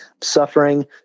suffering